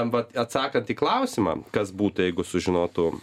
vat atsakant į klausimą kas būtų jeigu sužinotų